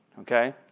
okay